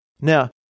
Now